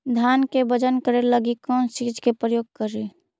धान के बजन करे लगी कौन चिज के प्रयोग करि?